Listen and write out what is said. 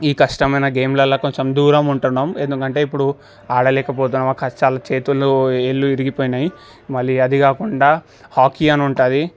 ఈ కష్టమైన గేమ్లల్లా కొంచెం దూరం ఉంటున్నాం ఎందుకంటే ఇప్పుడు ఆడలేకపోతున్నాం కష్టాల చేతుల్లో వేళ్ళు విరిగిపోయినాయి మళ్ళీ అది కాకుండా హాకీ అని ఉంటుంది